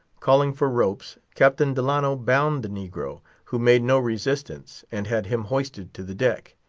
calling for ropes, captain delano bound the negro, who made no resistance, and had him hoisted to the deck.